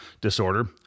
disorder